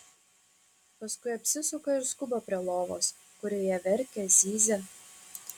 paskui apsisuka ir skuba prie lovos kurioje verkia zyzia